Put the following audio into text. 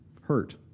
hurt